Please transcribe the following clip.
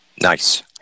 Nice